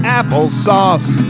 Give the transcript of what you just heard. applesauce